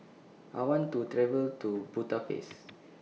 I want to travel to Budapest